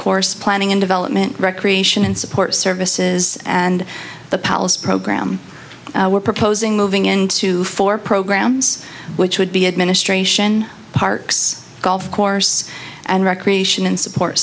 course planning and development recreation and support services and the palace program we're proposing moving into four programs which would be administration parks golf course and recreation and support